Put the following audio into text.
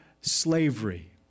slavery